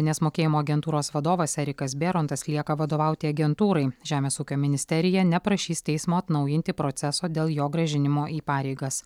nes mokėjimo agentūros vadovas erikas bėrontas lieka vadovauti agentūrai žemės ūkio ministerija neprašys teismo atnaujinti proceso dėl jo grąžinimo į pareigas